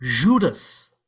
Judas